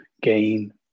gain